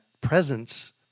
presence